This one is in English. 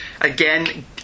again